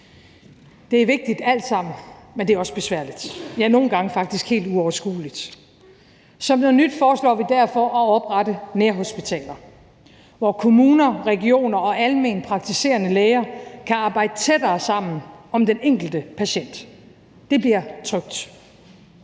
Det er vigtigt alt sammen, men det er også besværligt – ja, nogle gange faktisk helt uoverskueligt. Som noget nyt foreslår vi derfor at oprette nærhospitaler, hvor kommuner, regioner og almenpraktiserende læger kan arbejde tættere sammen om den enkelte patient; det bliver trygt.